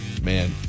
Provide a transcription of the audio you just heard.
Man